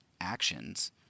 actions